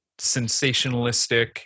sensationalistic